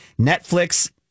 Netflix